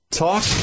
Talk